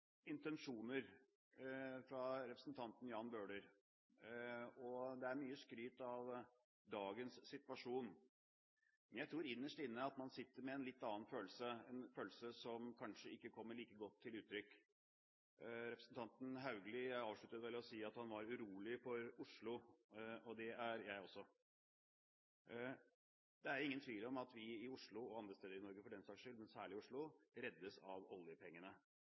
intensjoner fra representanten Jan Bøhler, og det er mye skryt av dagens situasjon. Men jeg tror at man innerst inne sitter med en litt annen følelse – en følelse som kanskje ikke kommer like godt til uttrykk. Representanten Haugli avsluttet vel med å si at han var urolig for Oslo, og det er jeg også. Det er ingen tvil om at vi i Oslo – og andre steder i Norge for den saks skyld, men særlig i Oslo – reddes av oljepengene.